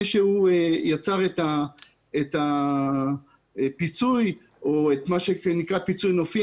שהוא יצר את הפיצוי או את מה שנקרא פיצוי נופי.